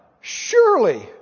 Surely